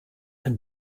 can